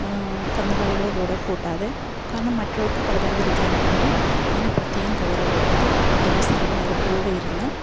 കന്നുകാലികളെ കൂടെക്കൂട്ടാതെ കാരണം മറ്റുള്ളവർക്കും പടരാതിരിക്കാൻ വേണ്ടി അതിന് പ്രത്യേകം കെയര് കൊടുത്ത് പ്രത്യേക അവരുടെ കൂടെ ഇരുന്ന്